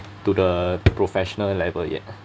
to the professional level yet